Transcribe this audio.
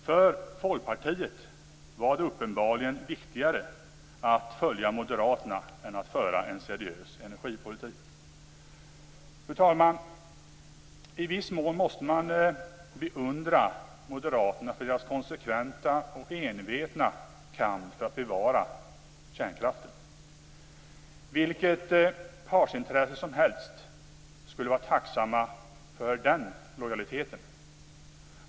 För Folkpartiet var det uppenbarligen viktigare att följa Moderaterna än att föra en seriös energipolitik. Fru talman! I viss mån måste man beundra moderaterna för deras konsekventa och envetna kamp för att bevara kärnkraften. Vilket partsintresse som helst skulle vara tacksamt för den lojaliteten.